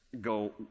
go